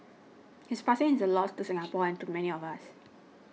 his passing is a loss to Singapore and to many of us